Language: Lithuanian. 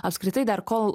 apskritai dar kol